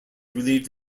relieved